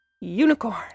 Unicorn